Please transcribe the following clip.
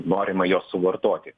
norima jos suvartoti